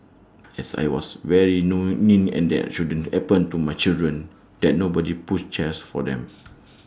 as I was very know and that shouldn't happen to my children that nobody pushed chairs for them